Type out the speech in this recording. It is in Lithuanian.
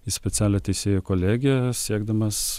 į specialią teisėjų kolegiją siekdamas